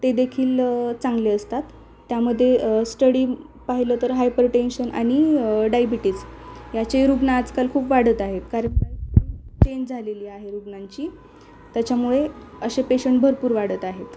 ते देखील चांगले असतात त्यामध्ये स्टडी पाहिलं तर हायपर टेन्शन आणि डायबिटीज याचेही रुग्णं आजकाल खूप वाढत आहे कारण चेंज झालेली आहे रुग्णांची त्याच्यामुळे असे पेशंट भरपूर वाढत आहेत